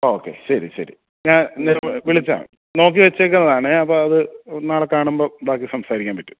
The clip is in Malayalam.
ആ ഓക്കെ ശരി ശരി ഞാൻ വിളിച്ചാൽ മതി നോക്കി വെച്ചേക്കുന്നതാണ് അപ്പോൾ അത് നാളെ കാണുമ്പം ബാക്കി സംസാരിക്കാൻ പറ്റും